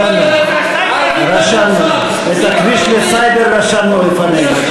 רשמנו לפנינו.